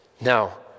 Now